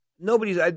Nobody's